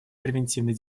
превентивной